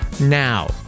now